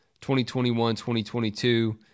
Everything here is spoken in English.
2021-2022